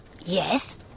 Yes